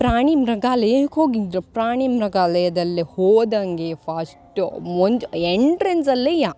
ಪ್ರಾಣಿ ಮೃಗಾಲಯಕ್ಕೆ ಹೋಗಿದ್ದರು ಪ್ರಾಣಿ ಮೃಗಾಲಯದಲ್ಲಿ ಹೋದಂಗೆ ಫಶ್ಟು ಮುಂಜ್ ಎಂಟ್ರೆನ್ಸಲ್ಲೇ